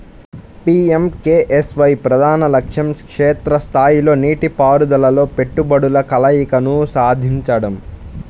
PMKSY ప్రధాన లక్ష్యం క్షేత్ర స్థాయిలో నీటిపారుదలలో పెట్టుబడుల కలయికను సాధించడం